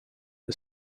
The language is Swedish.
det